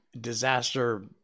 disaster